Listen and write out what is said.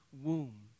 Womb